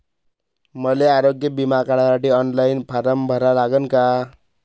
मले आरोग्य बिमा काढासाठी ऑनलाईन फारम भरा लागन का?